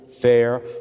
fair